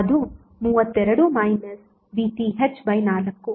ಅದು 32 VTh4